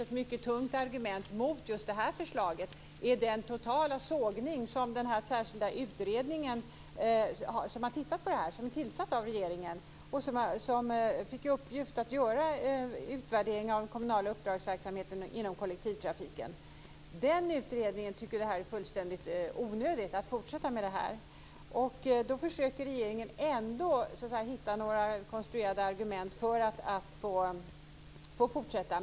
Ett mycket tungt argument mot just det här förslaget är också den totala sågning som gjordes av den särskilda utredning som regeringen tillsatt för att titta närmare på det här och som fick i uppgift att göra en utvärdering av den kommunala uppdragsverksamheten inom kollektivtrafiken. Den utredningen tycker att det är fullständigt onödigt att fortsätta med denna försöksverksamhet. Regeringen försöker ändå att hitta några konstruerade argument för att få fortsätta.